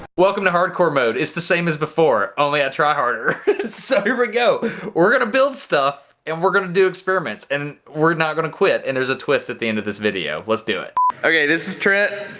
welcome to hardcore mode. it's the same as before only i try harder so here we go we're gonna build stuff and we're gonna do experiments, and we're not gonna quit, and there's a twist at the end of this video. let's do it okay, this is trent.